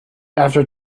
after